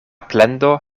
plendo